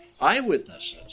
eyewitnesses